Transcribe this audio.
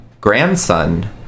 grandson